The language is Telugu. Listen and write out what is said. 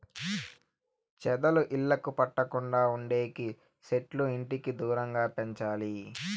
చెదలు ఇళ్లకు పట్టకుండా ఉండేకి సెట్లు ఇంటికి దూరంగా పెంచాలి